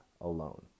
alone